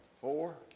Four